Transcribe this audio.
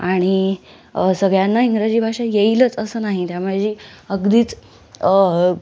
आणि सगळ्यांना इंग्रजी भाषा येईलच असं नाही त्यामुळे जी अगदीच